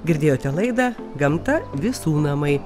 girdėjote laidą gamta visų namai